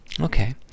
Okay